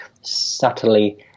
subtly